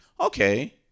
okay